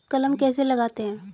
कलम कैसे लगाते हैं?